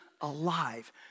alive